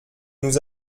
nous